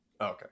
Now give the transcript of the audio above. Okay